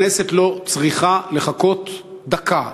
הכנסת לא צריכה לחכות דקה,